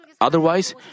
Otherwise